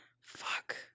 fuck